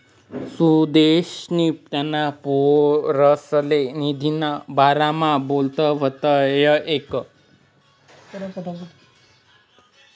सुदेशनी त्याना पोरसले निधीना बारामा बोलत व्हतात तवंय ऐकं